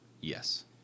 Yes